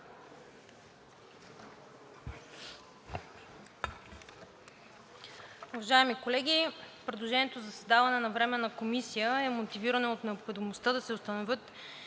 Уважаеми колеги, предложението за създаване на Временна комисия е мотивирано от необходимостта да се установят